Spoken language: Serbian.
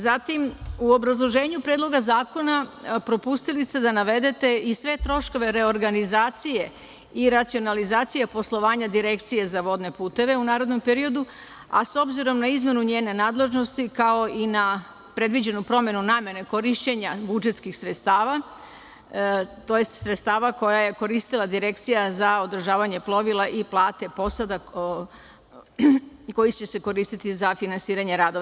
Zatim, u obrazloženju Predloga zakona propustili ste da navedete i sve troškove reorganizacije i racionalizacije poslovanja Direkcije za vodne puteve u narednom periodu, a s obzirom na izmenu njene nadležnosti, kao i na predviđenu promenu namene korišćenja budžetskih sredstava, tj. sredstava koja je koristila Direkcija za održavanje plovila i plate posada, koja će se koristiti za finansiranje radova.